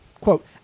quote